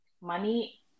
money